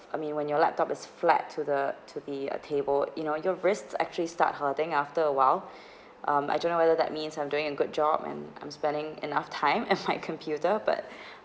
I mean when your laptop is flat to the to the uh table you know your wrists actually start hurting after a while um I don't know whether that means I'm doing a good job and I'm spending enough time at my computer but